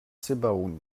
sebaoun